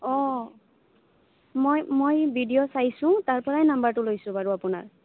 অঁ মই মই ভিডিঅ' চাইছোঁ তাৰ পৰাই নাম্বাৰটো লৈছোঁ বাৰু আপোনাৰ